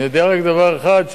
אני יודע רק דבר אחד,